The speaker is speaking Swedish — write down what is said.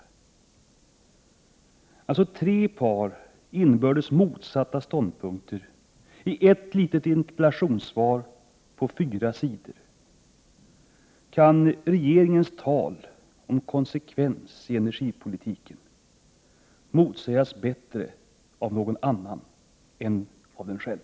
Här finns alltså tre par inbördes motsatta ståndpunkter i ett litet interpellationssvar motsvarande fyra A 4-sidor. Kan regeringens tal om konsekvens i energipolitiken motsägas bättre av någon annan än av den själv?